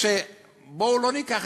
ידעתי שאני אצטרך לענות לך על השאלה הזאת.